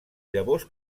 llavors